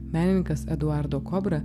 menininkas eduardo kobra